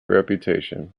reputation